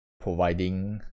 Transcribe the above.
providing